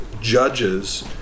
judges